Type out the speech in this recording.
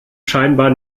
scheinbar